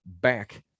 back